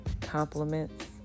compliments